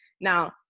Now